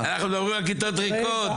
רגע -- אנחנו מדברים על כיתות ריקות,